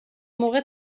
موقع